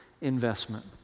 investment